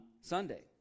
Sunday